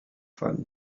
fun